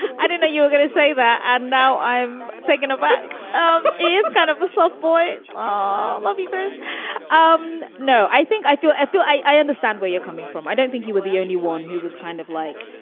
i didn't know you were going to say that. and now i'm taken aback. it's kind of a soft boy. um ah i love you guys um no, i think i feel. i feel i i understand where you're coming from. i don't think you were the only one who was kind of like,